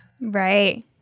right